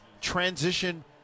transition